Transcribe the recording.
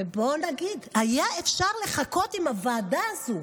ובוא נגיד, היה אפשר לחכות עם הוועדה הזאת.